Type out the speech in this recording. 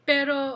Pero